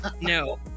no